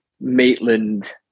Maitland